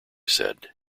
said